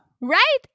Right